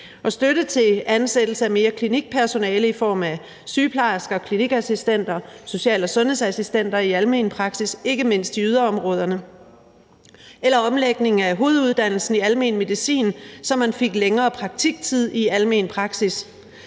støtte til ansættelse af mere klinikpersonale i form af sygeplejersker og klinikassistenter, social- og sundhedsassistenter i almen praksis i ikke mindst yderområderne; omlægning af hoveduddannelsen i almen medicin, så man fik længere praktiktid i almen praksis